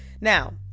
Now